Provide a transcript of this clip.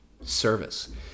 service